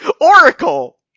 Oracle